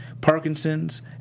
Parkinson's